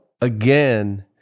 again